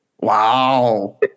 Wow